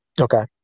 Okay